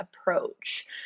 approach